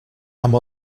amb